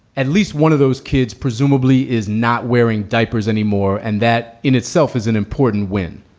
at least one of those kids presumably is not wearing diapers anymore. and that in itself is an important win.